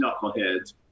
knuckleheads